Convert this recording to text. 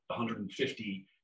150